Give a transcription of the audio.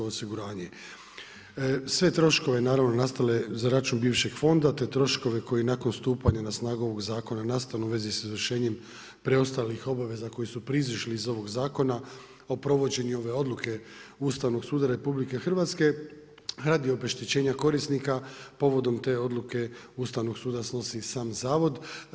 Sve troškove, naravno nastale za račun bivšeg fonda te troškove koji nakon stupanja na snagu ovog zakona nastanu u svezi s izvršenjem preostalih obaveza koji su proizišli iz ovog zakona o provođenju ove odluke Ustavnog suda RH radi obeštećenja korisnika, povodom te odluke Ustavnog suda snosi i sam zavod.